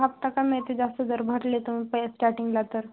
हप्ता कमी येते जास्त जर भरले तुम्ही पहिले स्टार्टिंगला तर